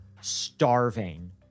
starving